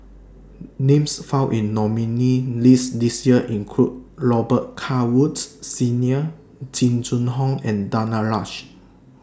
Names found in nominees' list This Year include Robet Carr Woods Senior Jing Jun Hong and Danaraj